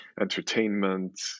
entertainment